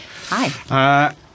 Hi